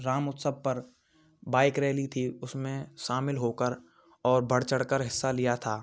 राम उत्सव पर bike rally थी उसमें शामिल होकर और बढ़ चढ़कर हिस्सा लिया था